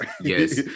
yes